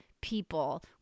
people